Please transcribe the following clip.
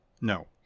No